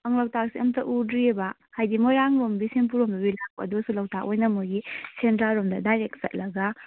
ꯑꯪ ꯂꯣꯛꯇꯥꯛꯁꯤ ꯑꯝꯇ ꯎꯗ꯭ꯔꯤꯌꯦꯕ ꯍꯥꯏꯗꯤ ꯃꯣꯏꯔꯥꯡꯂꯣꯝꯗ ꯕꯤꯁꯦꯝꯄꯨꯔꯂꯣꯝꯗꯗꯤ ꯂꯥꯛꯄ ꯑꯗꯨꯁꯨ ꯂꯣꯛꯇꯥꯛ ꯑꯣꯏꯅ ꯃꯣꯏꯒꯤ ꯁꯦꯟꯗ꯭ꯔꯥꯔꯣꯝꯗ ꯗꯥꯏꯔꯦꯛ ꯆꯠꯂꯒ